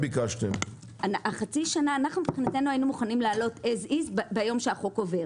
אנחנו היינו מוכנים לעלות אז איז ביום שהחוק עובר